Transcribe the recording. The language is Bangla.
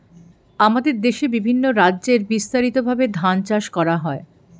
আমাদের দেশে বিভিন্ন রাজ্যে বিস্তারিতভাবে ধান চাষ করা হয়